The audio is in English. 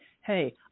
hey